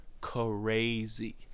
crazy